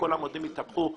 העמודים התהפכו.